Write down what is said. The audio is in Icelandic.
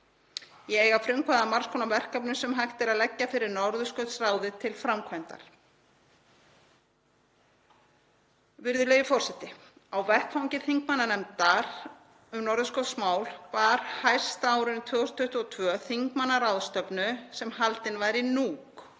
að eiga frumkvæði að margs konar verkefnum sem hægt er að leggja fyrir Norðurskautsráðið til framkvæmdar. Virðulegi forseti. Á vettvangi þingmannanefndar um norðurskautsmál bar hæst á árinu 2022 þingmannaráðstefnu sem haldin var í